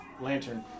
Lantern